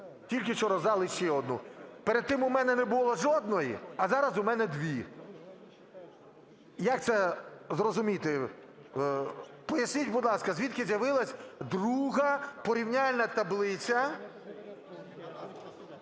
Тільки що роздали ще одну. Перед тим у мене не було жодної, а зараз у мене дві. Як це зрозуміти? Поясніть, будь ласка, звідки з'явилась друга порівняльна таблиця?